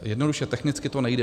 Jednoduše technicky to nejde.